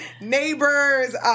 neighbors